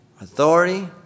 Authority